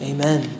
Amen